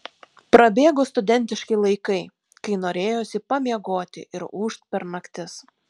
prabėgo studentiški laikai kai norėjosi pamiegoti ir ūžt per naktis